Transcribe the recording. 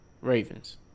Ravens